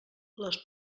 les